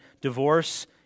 divorce